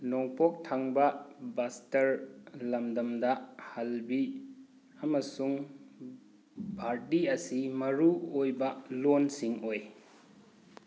ꯅꯣꯡꯄꯣꯛ ꯊꯪꯕ ꯕꯥꯁꯇꯔ ꯂꯝꯗꯝꯗ ꯍꯜꯕꯤ ꯑꯃꯁꯨꯡ ꯐꯥꯔꯗꯤ ꯑꯁꯤ ꯃꯔꯨ ꯑꯣꯏꯕ ꯂꯣꯟꯁꯤꯡ ꯑꯣꯏ